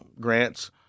grants